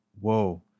whoa